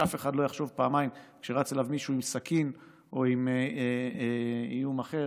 ושאף אחד לא יחשוב פעמיים כשרץ אליו מישהו עם סכין או עם איום אחר,